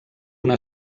una